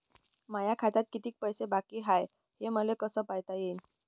माया खात्यात किती पैसे बाकी हाय, हे मले कस पायता येईन?